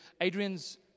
Adrian's